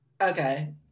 okay